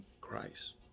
Christ